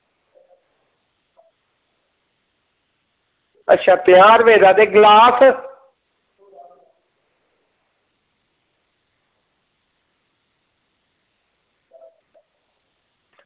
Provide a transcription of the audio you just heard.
अच्छा पंजाह् रपेऽ दा ते गलास